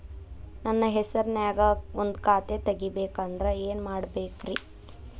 ನನ್ನ ಹೆಸರನ್ಯಾಗ ಒಂದು ಖಾತೆ ತೆಗಿಬೇಕ ಅಂದ್ರ ಏನ್ ಮಾಡಬೇಕ್ರಿ?